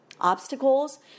obstacles